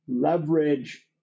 leverage